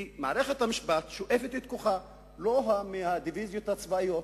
כי מערכת המשפט שואבת את כוחה לא מהדיוויזיות הצבאיות,